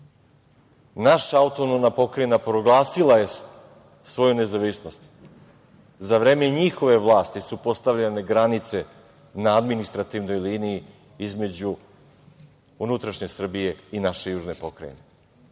naša autonomna pokrajina proglasila je svoju nezavisnost. Za vreme njihove vlasti su postavljene granice na administrativnoj liniji između unutrašnje Srbije i naše južne pokrajine. Šta